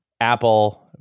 apple